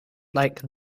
like